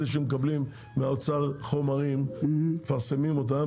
אלה שמקבלים מהאוצר חומרים ומפרסמים אותם,